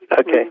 Okay